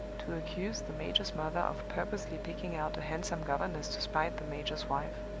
to accuse the major's mother of purposely picking out a handsome governess to spite the major's wife.